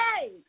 Hey